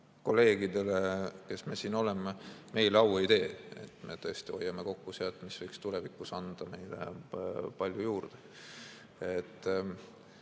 see meile, kes me siin oleme, au ei tee, et me tõesti hoiame kokku sealt, mis võiks tulevikus anda meile palju juurde.